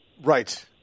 right